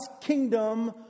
kingdom